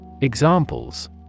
Examples